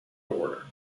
order